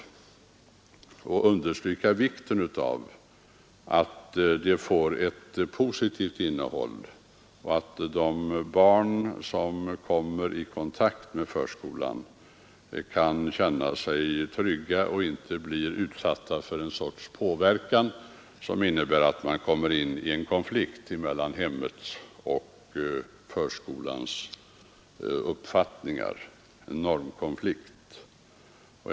Vi understryker vikten av att förskolan får ett positivt innehåll och att de barn som kommer i kontakt med förskolan kan känna sig trygga och inte bli utsatta för någon sorts påverkan, som innebär att de råkar in i en normkonflikt mellan hemmet och förskolans uppfattningar.